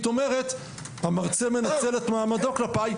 אומרת: המרצה מנצל את מעמדו כלפיי,